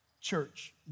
Church